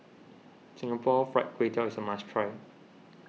Singapore Fried Kway Tiao is a must try